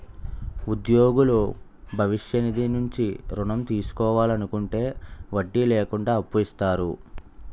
ఉద్యోగులు భవిష్య నిధి నుంచి ఋణం తీసుకోవాలనుకుంటే వడ్డీ లేకుండా అప్పు ఇస్తారు